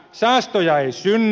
säästöjä ei synny